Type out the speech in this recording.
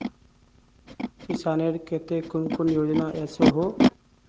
किसानेर केते कुन कुन योजना ओसोहो?